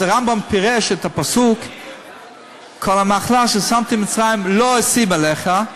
אז הרמב"ם פירש את הפסוק "כל המחלה אשר שמתי במצרים לא אשים עליך"